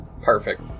perfect